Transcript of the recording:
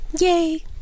Yay